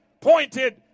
pointed